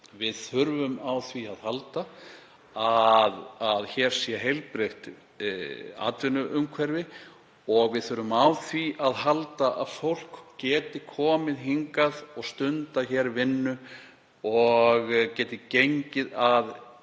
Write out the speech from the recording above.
við þurfum á því að halda að hér sé heilbrigt atvinnuumhverfi og við þurfum á því að halda að fólk geti komið hingað og stundað hér vinnu og geti gengið að